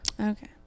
Okay